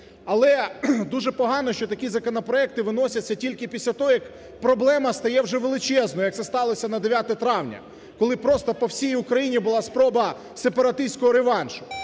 Але дуже погано, що такі законопроекти виносяться тільки після того, як проблема стає вже величезною, як це сталося на 9 травня, коли просто по всій Україні була спроба сепаратистського реваншу.